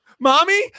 Mommy